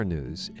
News